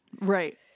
Right